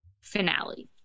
finale